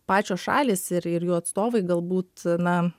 pačios šalys ir ir jų atstovai galbūt na